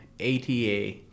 ATA